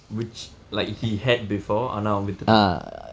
which like he had before ஆனா அவன் விற்றுவிட்டான்:aana avan vitruvittaan